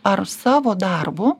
ar savo darbu